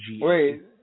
Wait